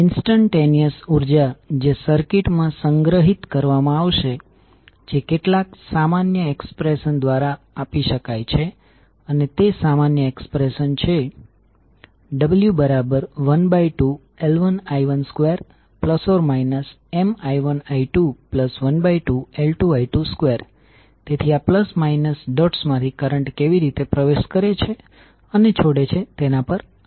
instantaneous ઉર્જા જે circuit માં સંગ્રહિત કરવામાં આવશે જે કેટલાક સામાન્ય એક્સપ્રેશન દ્વારા આપી શકાય છે અને તે સામાન્ય એક્સપ્રેશન છે w12L1i12±Mi1i212L2i22 તેથી આ પ્લસ માઇનસ ડોટ્સ માંથી કરંટ કેવી રીતે પ્રવેશ કરે છે અને છોડે છે તેના આધારે હશે